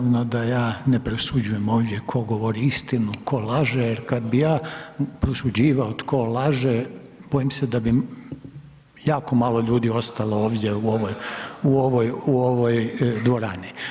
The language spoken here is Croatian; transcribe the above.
Naravno da ja ne prosuđujem ovdje tko govori istinu, tko laže jer kad bi ja prosuđivao tko laže, bojim se da bi jako malo ljudi ostalo ovdje u ovoj dvorani.